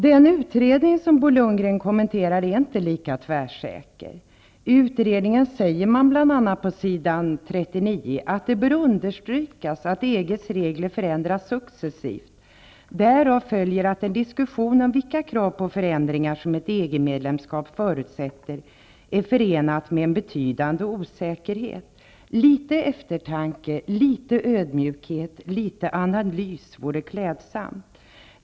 Den utredning som Bo Lundgren kommenterar är inte lika tvärsäker. Utredningen säger bl.a. att det bör understrykas att EG:s regler förändras successivt. Därav följer att den diskussion om vilka krav på förändringar som ett EG-medlemskap förutsätter är förenad med en betydande osäkerhet. Litet eftertanke, ödmjukhet och analys vore klädsamt.